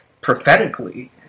prophetically